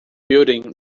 building